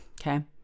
Okay